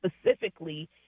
specifically